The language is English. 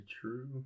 true